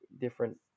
different